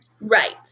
Right